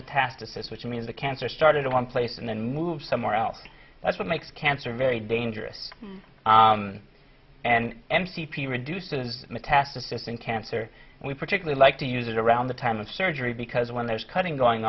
metastasis which means the cancer started in one place and then move somewhere else and that's what makes cancer very dangerous and m c p reduces metastasis in cancer and we particularly like to use it around the time of surgery because when there's cutting going